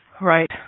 Right